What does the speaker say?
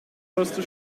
oberste